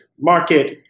market